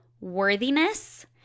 worthiness